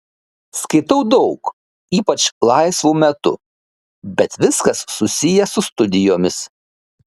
skaitau daug ypač laisvu metu bet viskas susiję su studijomis